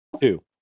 Two